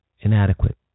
inadequate